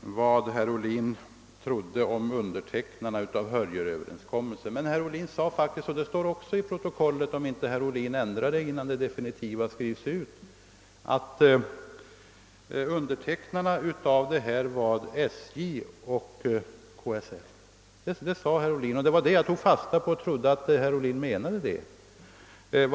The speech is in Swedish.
vad herr Ohlin trodde om undertecknarna av Hörjelöverenskommelsen, men herr Ohlin sade faktiskt — det står också i protokollet, om inte herr Ohlin ändrar det innan det definitiva protokollet skrivs ut — att undertecknarna var SJ och KSL. Det tog jag fasta på, och jag trodde att herr Ohlin menade det.